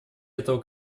этого